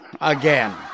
Again